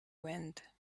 wind